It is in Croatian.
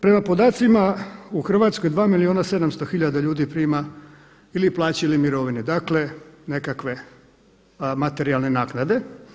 Prema podacima u Hrvatskoj 2 milijuna 700 hiljada ljudi prima ili plaće ili mirovine, dakle nekakve materijalne naknade.